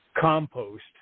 compost